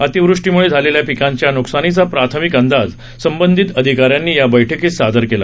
अतिवृष्टीमुळे झालेल्या पिकांच्या न्कसानीचा प्राथमिक अंदाज संबंधित अधिकाऱ्यांनी या बैठकीत सादर केला